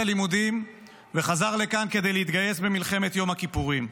הלימודים וחזר לכאן כדי להתגייס במלחמת יום הכיפורים.